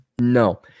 no